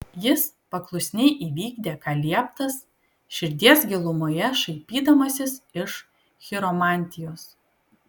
jis paklusniai įvykdė ką lieptas širdies gilumoje šaipydamasis iš chiromantijos